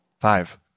Five